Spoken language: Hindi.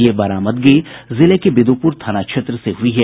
ये बरामदगी जिले के बिदुपुर थाना क्षेत्र से हुई है